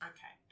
Okay